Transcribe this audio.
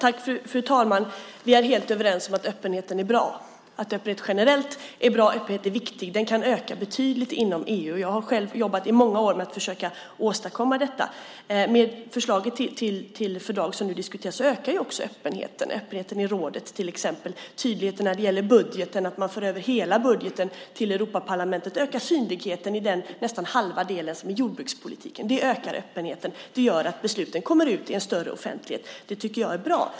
Fru talman! Vi är helt överens om att öppenheten är bra. Öppenheten är generellt bra och viktig. Den kan öka betydligt inom EU. Jag har själv i många år jobbat med att försöka åstadkomma detta. Med förslaget till fördrag som nu diskuteras ökar också öppenheten, till exempel inom rådet. Tydligheten när det gäller budgeten, att man för över hela budgeten till Europaparlamentet, ökar synligheten i jordbrukspolitiken, som utgör nästan hälften. Det ökar öppenheten och gör att besluten kommer ut i en större offentlighet. Det tycker jag är bra.